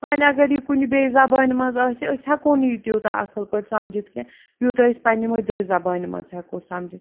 وۄنۍ اگر یہِ کُنہِ بیٚیہِ زَبانہِ منٛز اسہِ أسۍ ہیٚکو نہٕ یہِ تیٛوتاہ اصٕل پٲٹھۍ سَمجھتھ کیٚنٛہہ یوٗتاہ أسۍ پننہِ مٔدرِ زَبانہِ منٛز ہیٚکو سَمجھتھ